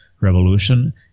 revolution